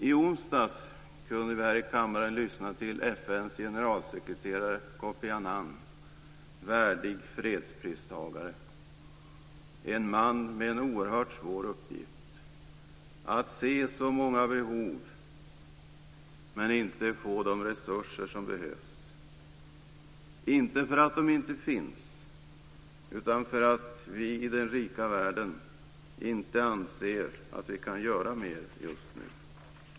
I onsdags kunde vi här i kammaren lyssna till FN:s generalsekreterare Kofi Annan, värdig fredspristagare och en man med en oerhört svår uppgift: att se så många behov utan att få de resurser som behövs - inte därför att de inte finns utan därför att vi i den rika världen inte anser att vi kan göra mer just nu.